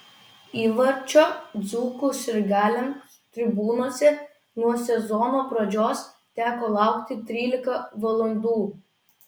įvarčio dzūkų sirgaliams tribūnose nuo sezono pradžios teko laukti trylika valandų